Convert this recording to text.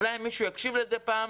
אולי מישהו יקשיב לזה פעם.